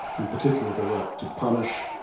in particular the right to punish,